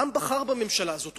העם בחר בממשלה הזאת.